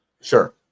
Sure